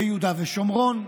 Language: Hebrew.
ביהודה ושומרון,